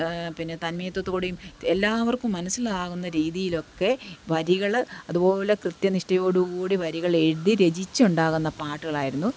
പിന്നെ തന്മയത്തത്തോടെയും എല്ലാവർക്കും മനസ്സിലാകുന്ന രീതിയിലൊക്കെ വരികൾ അതുപോലെ കൃത്യനിഷ്ടയോടു കൂടി വരികളെഴുതി രചിച്ചുണ്ടാകുന്ന പാട്ടുകളായിരുന്നു